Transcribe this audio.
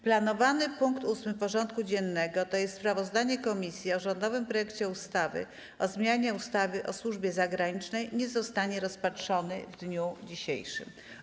Planowany punkt 8. porządku dziennego, to jest sprawozdanie komisji o rządowym projekcie ustawy o zmianie ustawy o służbie zagranicznej, nie zostanie rozpatrzony w dniu dzisiejszym.